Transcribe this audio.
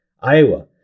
Iowa